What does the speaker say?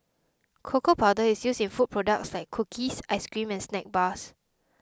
cocoa powder is used in food products like cookies ice cream and snack bars